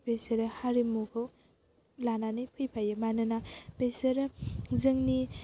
बेसोरो हारिमुखौ लानानै फैफायो मानोना बेसोरो जोंनि